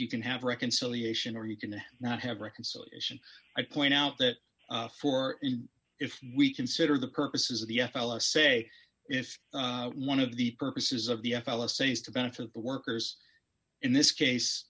you can have reconciliation or you can not have reconciliation i point out that for if we consider the purposes of the f l s say if one of the purposes of the f l s say is to benefit the workers in this case